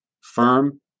firm